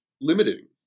limiting